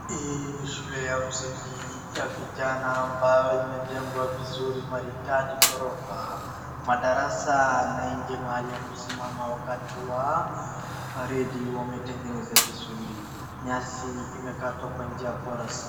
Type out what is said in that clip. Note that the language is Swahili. Hii ni shule ya msingi ya vijana ambayo imejengwa vizuri maridadi, ghorofa. Madarasa na nje mahali ya kusimama wakati wa paredi wametengeneza vizuri. Nyasi imekatwa kwa njia bora.